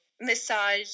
massage